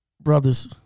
brothers